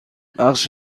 بخش